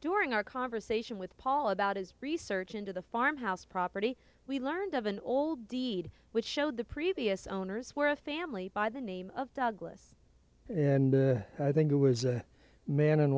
during our conversation with paul about his research into the farm house property we learned of an old the which showed the previous owners were a family by the name of douglas and i think it was a man and